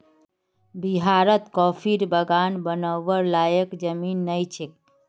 बिहारत कॉफीर बागान बनव्वार लयैक जमीन नइ छोक